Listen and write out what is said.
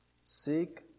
seek